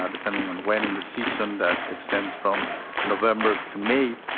ah depending on when in the season, that extends from november to may,